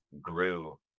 grew